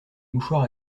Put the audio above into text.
mouchoir